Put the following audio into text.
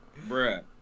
Bruh